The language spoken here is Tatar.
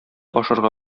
ашарга